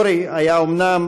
אורי היה אמן